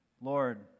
Lord